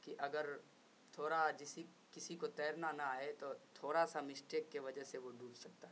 کہ اگر تھوڑا جسی کسی کو تیرنا نہ آئے تو تھوڑا سا مسٹیک کی وجہ سے وہ ڈوب سکتا ہے